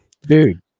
Dude